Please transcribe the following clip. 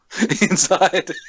inside